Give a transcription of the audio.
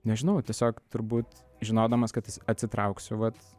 nežinau tiesiog turbūt žinodamas kad atsitrauksiu vat